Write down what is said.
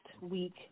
week